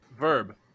Verb